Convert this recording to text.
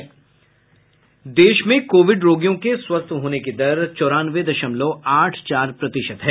देश में कोविड रोगियों के स्वस्थ होने की दर चौरानवे दशमलव आठ चार प्रतिशत हो गई है